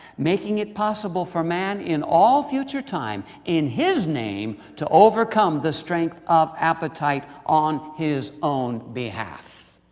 making it possible for man, in all future time, in his name to overcome the strength of appetite on his own behalf.